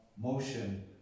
motion